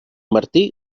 martí